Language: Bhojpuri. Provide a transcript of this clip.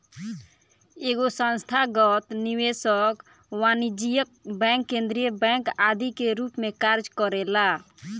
एगो संस्थागत निवेशक वाणिज्यिक बैंक केंद्रीय बैंक आदि के रूप में कार्य करेला